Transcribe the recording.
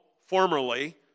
formerly